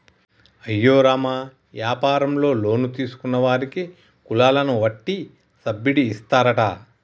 అయ్యో రామ యాపారంలో లోన్ తీసుకున్న వారికి కులాలను వట్టి సబ్బిడి ఇస్తారట